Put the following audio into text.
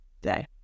day